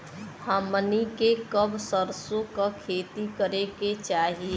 हमनी के कब सरसो क खेती करे के चाही?